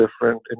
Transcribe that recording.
different